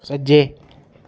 सज्जे